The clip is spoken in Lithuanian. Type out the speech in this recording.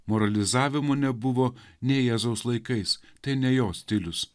moralizavimų nebuvo nei jėzaus laikais tai ne jo stilius